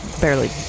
barely